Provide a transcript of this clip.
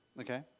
okay